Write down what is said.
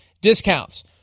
discounts